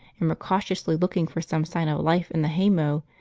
and were cautiously looking for some sign of life in the haymow,